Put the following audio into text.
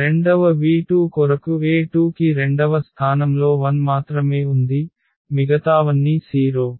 రెండవ v2 కొరకు e2 కి రెండవ స్థానంలో 1 మాత్రమే ఉంది మిగతావన్నీ 0